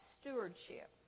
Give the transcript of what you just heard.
stewardship